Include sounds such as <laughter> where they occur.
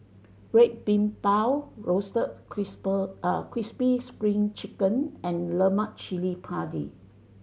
Red Bean Bao roasted <unintelligible> <hesitation> crispy Spring Chicken and Lemak Chili Padi